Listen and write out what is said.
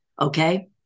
Okay